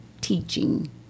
Teaching